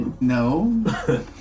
No